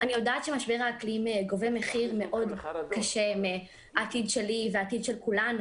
אני יודעת שמשבר האקלים גובה מחיר מאוד קשה מהעתיד שלי והעתיד של כולנו